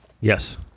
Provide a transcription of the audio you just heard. Yes